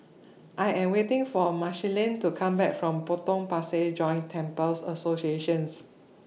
I Am waiting For Marceline to Come Back from Potong Pasir Joint Temples Association